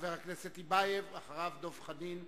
חבר הכנסת רוברט טיבייב, ואחריו, דב חנין,